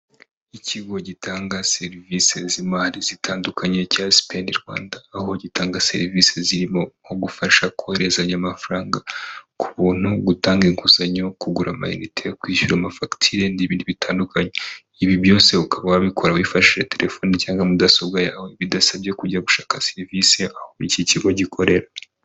ikigo gitanga serivisi z'imari zitandukanye cya spde rwanda aho gitanga serivisi zirimo nko gufasha kohezanya amafaranga ku buntu gutanga inguzanyo kugura minneti yo kwishyura ama fagitire n'ib bitandukanye ibi byose ukaba wabikora wifashishije telefoni cyangwa mudasobwa yawe bidasabye kujya gushaka serivisi buri iki kigo gikorera